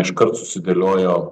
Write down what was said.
iškart susidėliojo